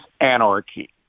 anarchy